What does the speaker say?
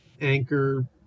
Anchor